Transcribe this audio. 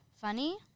funny